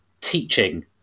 teaching